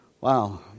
Wow